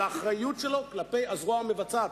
ועל האחריות שלו כלפי הזרוע המבצעת.